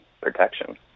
protection